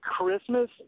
Christmas